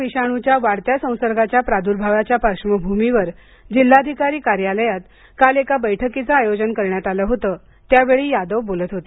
corona विषाणूच्या वाढत्या संसर्गाच्या प्रदर्भावाच्या पार्श्वभूमीवर जिल्हाधिकारी कार्यालयात काल एका बैठकीच आयोजन करण्यात आल होत त्यावेळी यादव बोलत होते